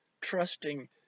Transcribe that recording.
trusting